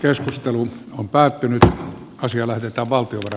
keskustelu on päättynyt ja asia laiteta valtiota